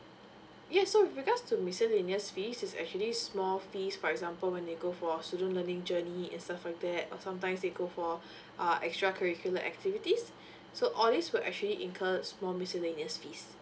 yes so with regards to miscellaneous fees is actually small fees for example when they go for student learning journey and stuffs like that or sometimes they go for uh extra curricular activities so all these will actually incur a small miscellaneous fees